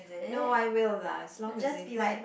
no I will lah as long you said my